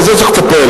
ובזה צריך לטפל,